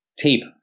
tape